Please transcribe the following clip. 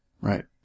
Right